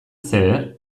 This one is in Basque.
zer